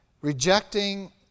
Rejecting